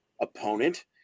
opponent